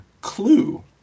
Clue